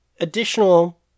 additional